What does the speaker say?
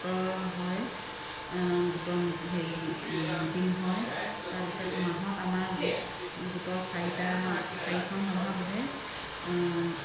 হয় গোটৰ হেৰি মিটিং হয় তাৰ পাছত মাহত আমাৰ গোট গোটৰ চাৰিটা চাৰিখন সভা বহে